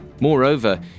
Moreover